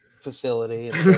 facility